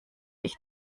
ich